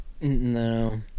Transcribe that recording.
No